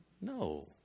No